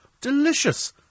Delicious